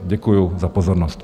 Děkuji za pozornost.